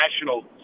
national